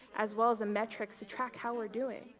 as well as a metrics to track how we're doing.